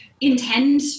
intend